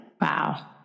Wow